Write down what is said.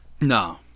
No